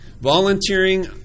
volunteering